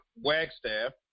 Wagstaff